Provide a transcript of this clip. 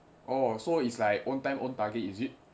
orh so it's like own time own target is it